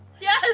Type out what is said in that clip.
Yes